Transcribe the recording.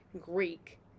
Greek